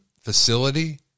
facility